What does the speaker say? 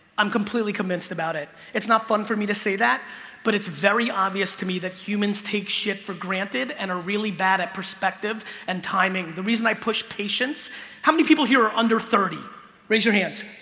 i'm completely convinced about it it's not fun for me to say that but it's very obvious to me that humans take shit for granted and are really bad at perspective and timing. the reason i pushed patience how many people here are under thirty raise your hands?